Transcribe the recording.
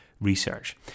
research